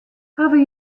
hawwe